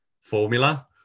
formula